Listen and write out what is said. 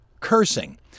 cursing